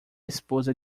esposa